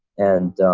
and